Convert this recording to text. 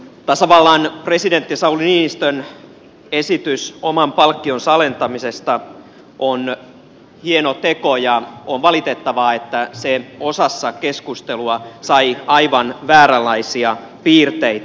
tasavallan presidentti sauli niinistön esitys oman palkkionsa alentamisesta on hieno teko ja on valitettavaa että se osassa keskustelua sai aivan vääränlaisia piirteitä